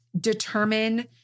determine